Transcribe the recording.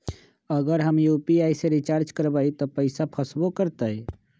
अगर हम यू.पी.आई से रिचार्ज करबै त पैसा फसबो करतई?